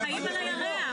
אנחנו חיים על הירח,